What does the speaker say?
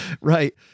Right